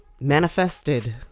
manifested